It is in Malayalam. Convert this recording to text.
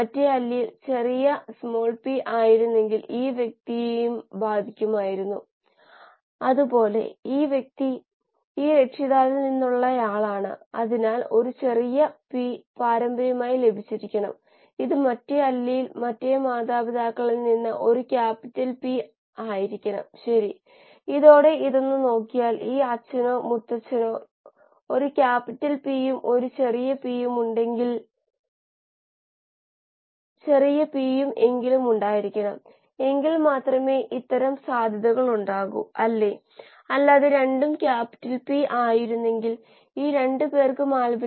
ബയോറിയാക്ഷൻ സ്റ്റോകിയോമെട്രി കണക്കുകൂട്ടലുകൾ എളുപ്പമാക്കുന്ന ഒരു സൂത്രവാക്യമാണിത് ഇവിടെ നൽകിയിരിക്കുന്നതുപോലെ കാപ്പിറ്റൽ ഗ്രീക്ക് ചിഹ്നമായ ഗാമയെ ഇത് സൂചിപ്പിക്കുന്നു നിങ്ങൾ ഇവിടെ കാണുന്ന ഇതാണ് റിഡക്റ്റൻസിന്റെ അളവ്